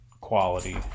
quality